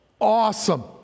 Awesome